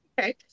Okay